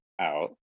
out